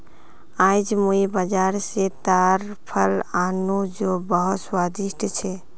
आईज मुई बाजार स ताड़ फल आन नु जो बहुत स्वादिष्ट छ